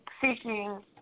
seeking